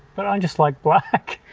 but i just like black